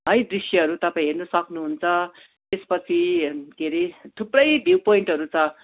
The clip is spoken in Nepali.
है दृश्यहरू तपाईँ हेर्नु सक्नु हुन्छ त्यस पछि है के हरे थुप्रै भ्यु पोइन्टहरू छ